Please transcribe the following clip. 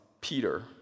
Peter